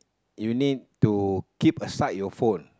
you need to keep aside your phone